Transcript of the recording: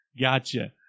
Gotcha